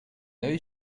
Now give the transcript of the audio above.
œil